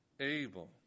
able